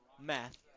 Math